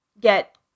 Get